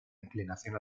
inclinación